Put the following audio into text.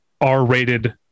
R-rated